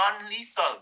non-lethal